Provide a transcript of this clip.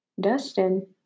Dustin